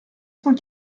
cent